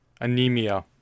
anemia